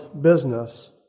business